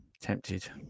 Tempted